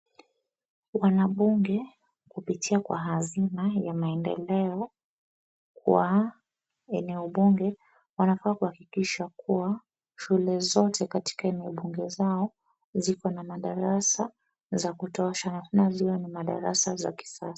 Wanabunge, kupitia kwa hazina ya maendeleo kwa eneo bunge, wanafaa kuhakikisha kuwa, shule zote kenye eneo bunge zao ziko na madarasa za kutosha na ziwe na madarasa za kisa..